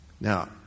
Now